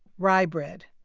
rye bread.